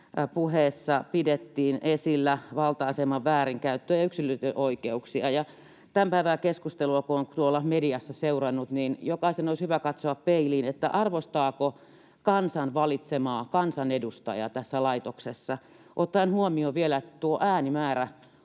puheessa pidettiin esillä valta-aseman väärinkäyttöä ja yksilöiden oikeuksia. Tämän päivän keskustelua kun on tuolla mediassa seurannut, niin jokaisen olisi hyvä katsoa peiliin: arvostaako kansan valitsemaa kansanedustajaa tässä laitoksessa ottaen huomioon vielä, että tuo äänimäärä